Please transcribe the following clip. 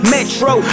Metro